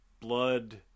blood